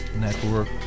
Network